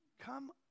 Come